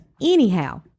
anyhow